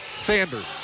Sanders